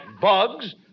bugs